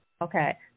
Okay